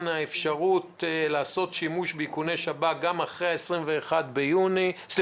האפשרות לעשות שימוש באיכוני שב"כ גם אחרי ה-21 בינואר,